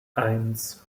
eins